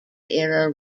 era